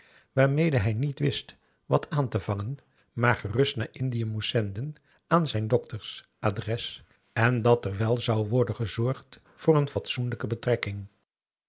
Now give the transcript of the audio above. waarmede hij niet wist wat aan te vangen maar gerust naar indië moest zenden aan zijn s dokters adres en dat er wel zou worden gezorgd voor een fatsoenlijke betrekking